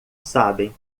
sabem